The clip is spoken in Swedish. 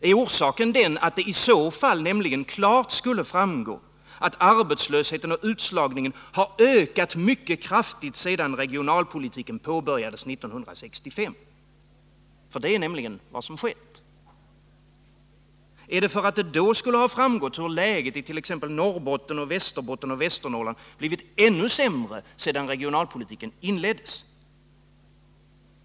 Är orsaken den att det i så fall klart skulle framgå att arbetslösheten och utslagningen har ökat mycket kraftigt sedan regionalpolitiken påbörjades 1965? Det är nämligen vad som har skett. Är det för att det i så fall skulle ha framgått att läget it.ex. Norrbottens län, Västerbottens län och Västernorrlands län har blivit ännu sämre sedan regionalpolitiken inleddes?